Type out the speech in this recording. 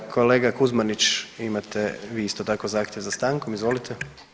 Kolega Kuzmanić, imate vi isto tako, zahtjev za stankom, izvolite.